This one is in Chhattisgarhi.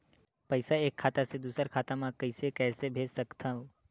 पईसा एक खाता से दुसर खाता मा कइसे कैसे भेज सकथव?